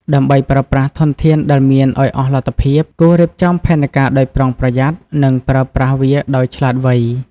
ដើម្បីប្រើប្រាស់ធនធានដែលមានឲ្យអស់លទ្ធភាព គួររៀបចំផែនការដោយប្រុងប្រយ័ត្ន និងប្រើប្រាស់វាដោយឆ្លាតវៃ។